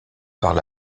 parle